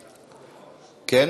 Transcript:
כן?